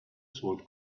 sword